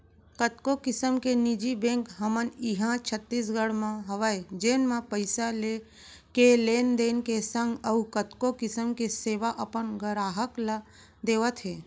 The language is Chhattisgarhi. कतको किसम के निजी बेंक हमन इहॉं छत्तीसगढ़ म हवय जेन म पइसा के लेन देन के संग अउ कतको किसम के सेवा अपन गराहक ल देवत हें